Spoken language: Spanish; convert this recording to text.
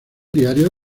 diario